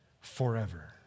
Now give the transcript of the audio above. forever